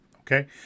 Okay